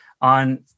on